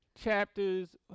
chapters